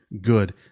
good